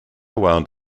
wound